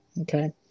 Okay